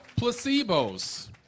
placebos